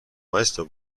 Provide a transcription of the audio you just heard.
meister